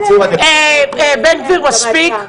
בן גביר, מספיק.